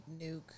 Nuke